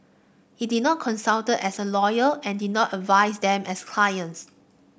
he did not consulted as a lawyer and did not advise them as clients